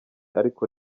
ariko